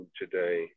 today